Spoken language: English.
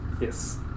yes